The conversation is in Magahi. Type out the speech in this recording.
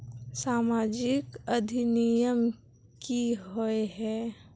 सामाजिक अधिनियम की होय है?